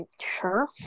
Sure